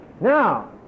Now